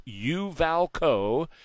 Uvalco